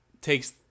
takes